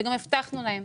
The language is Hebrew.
וגם הבטחנו להם.